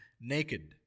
naked